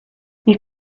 you